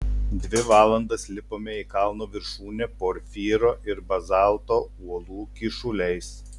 dvi valandas lipome į kalno viršūnę porfyro ir bazalto uolų kyšuliais